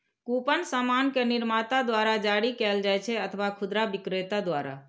coupon सामान के निर्माता द्वारा जारी कैल जाइ छै अथवा खुदरा बिक्रेता द्वारा